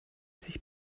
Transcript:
sich